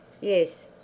Yes